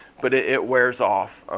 but it wears off.